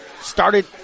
started